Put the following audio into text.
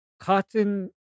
Cotton